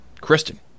Kristen